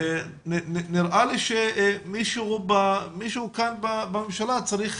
נראה לי שמישהו כאן בממשלה צריך